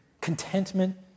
contentment